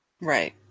Right